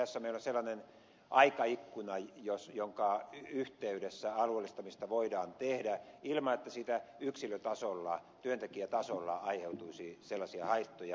tässä meillä on sellainen aikaikkuna jonka yhteydessä alueellistamista voidaan tehdä ilman että siitä yksilötasolla työntekijätasolla aiheutuisi sellaisia haittoja